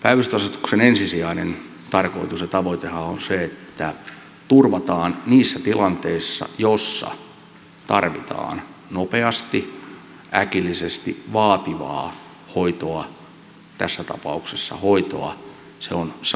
päivystysasetuksen ensisijainen tarkoitus ja tavoitehan on se että turvataan niissä tilanteissa joissa tarvitaan nopeasti äkillisesti vaativaa hoitoa tässä tapauksessa hoitoa että se on saatavilla